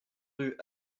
rue